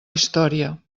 història